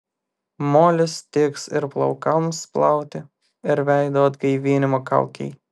molis tiks ir plaukams plauti ir veido atgaivinimo kaukei